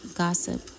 gossip